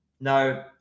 Now